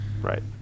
Right